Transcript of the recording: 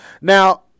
Now